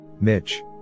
Mitch